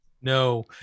no